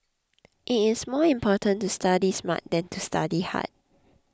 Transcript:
it's more important to study smart than to study hard